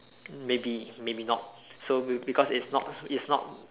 maybe maybe not so cause it's not it's not